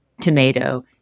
tomato